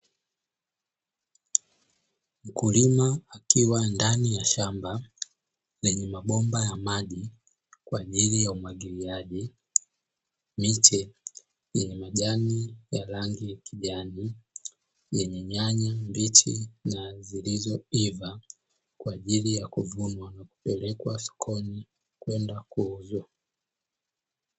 Mkulima akiwa ndani ya shamba lenye mabomba ya maji kwa ajili ya umwagiliaji. Miche yenye majani ya rangi ya kijani, yenye nyanya mbichi na zilizoiva kwa ajili ya kuvunwa na kupelekwa sokoni kwenda kuuzwa.